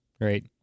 right